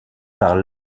par